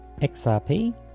XRP